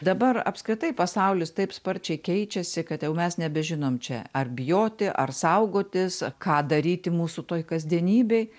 dabar apskritai pasaulis taip sparčiai keičiasi kad jau mes nebežinom čia ar bijoti ar saugotis ką daryti mūsų toj kasdienybėj